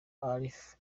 alif